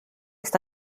ist